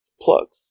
plugs